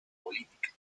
política